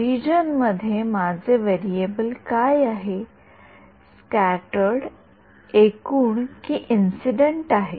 region मध्ये माझे व्हेरिएबलकाय आहे स्क्याटर्ड एकूण कि इंसिडेन्ट आहे